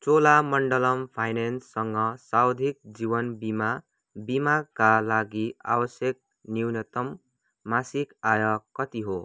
चोलामण्डलम फाइनेन्ससँग सावधिक जीवन बिमा बिमाका लागि आवश्यक न्यूनतम मासिक आय कति हो